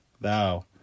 Thou